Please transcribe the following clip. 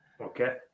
Okay